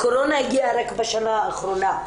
הקורונה הגיעה רק בשנה האחרונה,